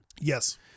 Yes